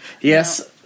Yes